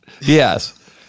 Yes